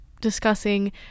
discussing